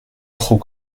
trop